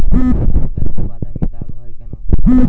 ধানগাছে বাদামী দাগ হয় কেন?